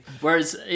whereas